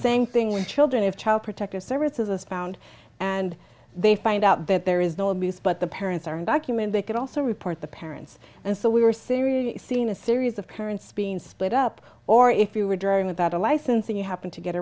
same thing with children of child protective services found and they find out that there is no abuse but the parents are undocumented they could also report the parents and so we were seriously seeing a series of currents being split up or if you were driving without a license and you happened to get